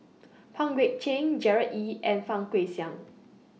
Pang Guek Cheng Gerard Ee and Fang Guixiang